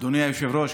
אדוני היושב-ראש,